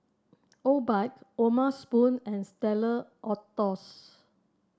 Obike O'ma Spoon and Stella Artois